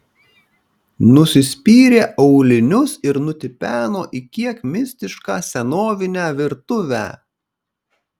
nusispyrė aulinius ir nutipeno į kiek mistišką senovinę virtuvę